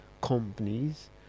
companies